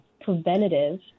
preventative